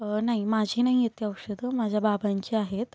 नाही माझी नाही आहेत ती औषधं माझ्या बाबांची आहेत